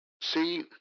See